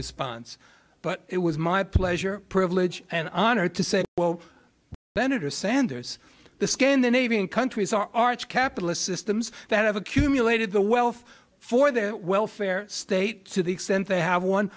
response but it was my pleasure privilege and honor to say benatar sanders the scandinavian countries are arch capitalist systems that have accumulated the wealth for their welfare state to the extent they have won